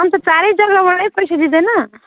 अन्त चारै जग्गाबाटै पैसा दिँदैन